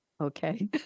Okay